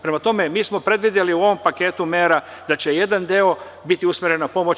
Prema tome, mi smo predvideli u ovom paketu mera da će jedan deo biti usmeren na pomoć.